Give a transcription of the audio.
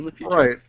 Right